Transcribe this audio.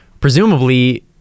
presumably